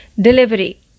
delivery